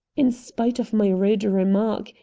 in spite of my rude remark,